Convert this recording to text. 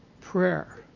Prayer